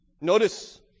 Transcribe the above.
Notice